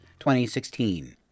2016